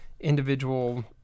individual